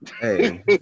Hey